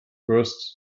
burst